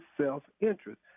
self-interest